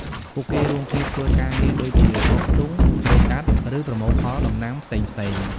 ពួកគេរួមគ្នាធ្វើការងារដូចជា ដកស្ទូង ច្រូតកាត់ ឬ ប្រមូលផល ដំណាំផ្សេងៗ។